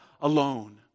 alone